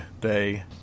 day